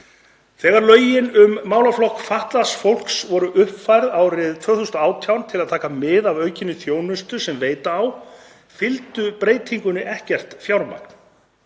Þegar lögin um málaflokk fatlaðs fólks voru svo uppfærð árið 2018, til að taka mið af aukinni þjónustu sem veita á, fylgdi breytingunni ekkert fjármagn.